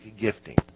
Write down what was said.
gifting